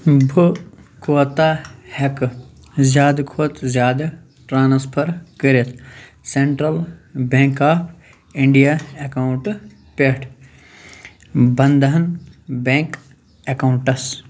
بہٕ کوتاہ ہٮ۪کہٕ زِیٛادٕ کھۅتہٕ زِیٛادٕ ٹرٛانٕسفر کٔرِتھ سیٚنٛٹرٛل بیٚنٛک آف اِنٛڈیا اَکاونٹہٕ پٮ۪ٹھ بنٛدھن بیٚنٛک اَکاونٹَس